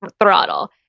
throttle